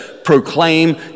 Proclaim